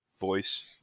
voice